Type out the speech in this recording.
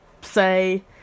say